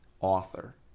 author